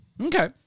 Okay